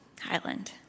Highland